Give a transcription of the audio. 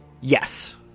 Yes